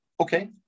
Okay